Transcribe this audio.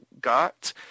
got